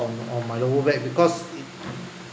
on on my lower back because it